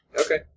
Okay